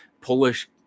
Polish